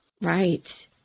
Right